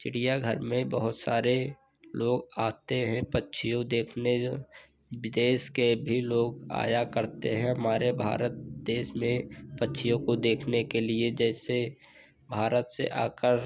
चिड़ियाघर में बहुत सारे लोग आते हैं पक्षियों देखने जो विदेश के भी लोग आया करते हैं हमारे भारत देश में पक्षियों को देखने के लिए जैसे भारत से आकर